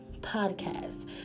podcast